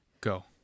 Go